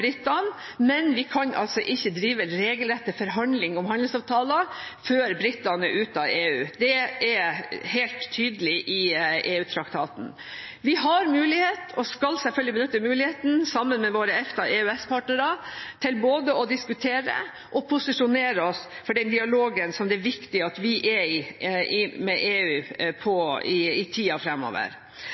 britene, men vi kan altså ikke drive regelrette forhandlinger om handelsavtaler før britene er ute av EU. Det er helt tydelig i EU-traktaten. Vi har mulighet, og skal selvfølgelig benytte muligheten, sammen med våre EFTA- og EØS-partnere, til både å diskutere og posisjonere oss for den dialogen som det er viktig at vi er i med EU i tida